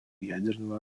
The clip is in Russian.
ядерного